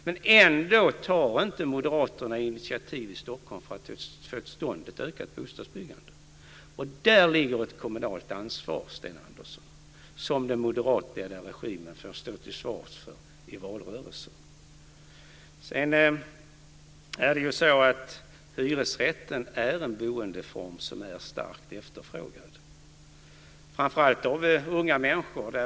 Men ändå tar inte moderaterna initiativ i Stockholm för att få till stånd ett ökat bostadsbyggande. Där ligger ett kommunalt ansvar, Sten Andersson, som den moderatledda regimen får stå till svars för i valrörelsen. Sedan är det så att hyresrätten är en boendeform som är starkt efterfrågad framför allt av unga människor.